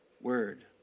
Word